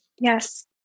Yes